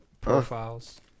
profiles